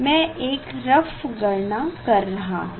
मै एक रफ गणना कर रहा हूँ